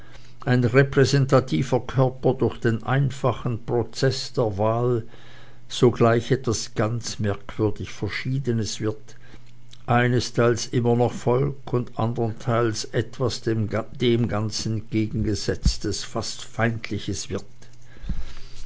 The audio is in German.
ein repräsentativer körper durch den einfachen prozeß der wahl sogleich etwas ganz merkwürdig verschiedenes wird einesteils immer noch volk und andernteils etwas dem ganz entgegengesetztes fast feindliches wird